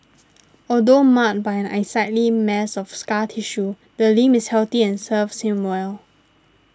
although marred by an unsightly mass of scar tissue the limb is healthy and serves him well